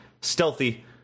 stealthy